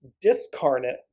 discarnate